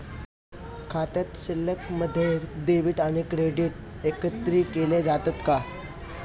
खाते शिल्लकमध्ये डेबिट आणि क्रेडिट एकत्रित केले जातात का?